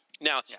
Now